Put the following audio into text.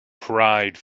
pride